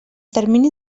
termini